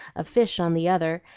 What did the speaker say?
of fish on the other,